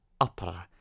opera